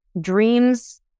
dreams